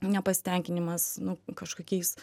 nepasitenkinimas nu kažkokiais